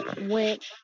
went